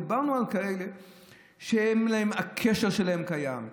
דיברנו על כאלה שהקשר שלהם קיים,